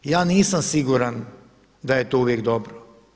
Ja nisam siguran da je to uvijek dobro.